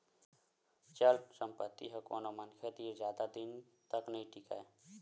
चल संपत्ति ह कोनो मनखे तीर जादा दिन तक नइ टीकय